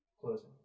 closing